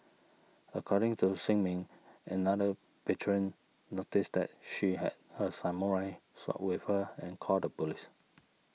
according to Shin Min another patron noticed that she had a samurai sword with her and called the police